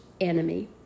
enemy